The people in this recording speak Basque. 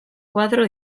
koadro